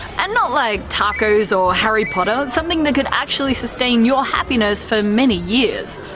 and not like tacos or harry potter, something that could actually sustain your happiness for many years.